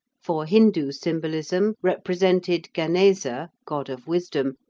for hindu symbolism represented ganesa, god of wisdom,